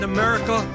America